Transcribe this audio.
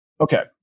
okay